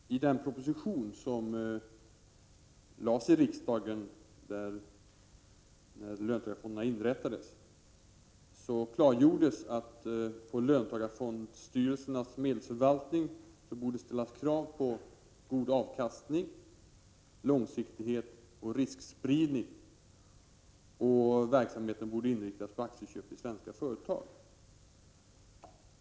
Herr talman! I den proposition som förelades riksdagen när löntagarfonderna inrättades klargjordes att det på löntagarfondstyrelsernas medelsförvaltning borde ställas krav på god avkastning, långsiktighet och riskspridning samt att verksamheten borde inriktas på aktieköp i svenska företag.